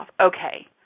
Okay